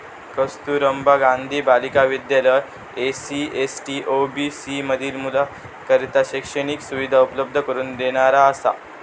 कस्तुरबा गांधी बालिका विद्यालय SC, ST, OBC मधील मुलींकरता शैक्षणिक सुविधा उपलब्ध करून देणारा असा